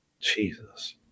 Jesus